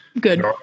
Good